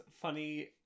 funny